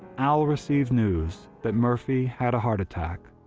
al received news that murphy had a heart attack,